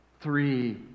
three